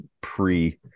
pre